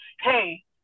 Hey